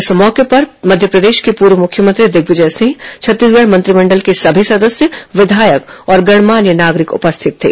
इस मौके पर मध्यप्रदेश के पूर्व मुख्यमंत्री दिग्विजय सिंह छत्तीसगढ़ मत्रिमंडल के सभी सदस्य विधायक और गणमान्य नागरिक उपस्थित थे